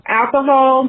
alcohol